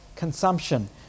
consumption